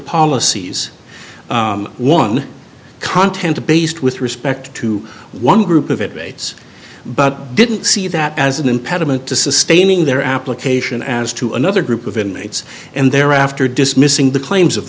policies one content based with respect to one group of it rates but didn't see that as an impediment to sustaining their application as to another group of inmates and thereafter dismissing the claims of